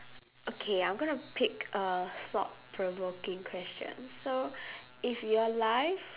okay I'm gonna pick a thought provoking question so if your life